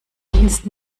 dienst